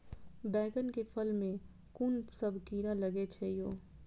बैंगन के फल में कुन सब कीरा लगै छै यो?